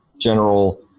general